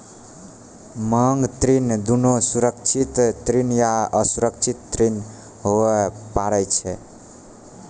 मांग ऋण दुनू सुरक्षित ऋण या असुरक्षित ऋण होय पारै छै